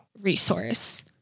resource